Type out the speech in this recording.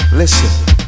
listen